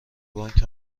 بانک